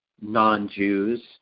non-Jews